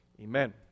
amen